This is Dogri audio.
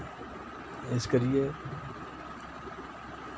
इस करियै